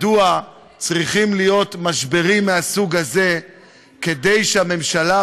מדוע צריכים להיות משברים מהסוג הזה כדי שהממשלה,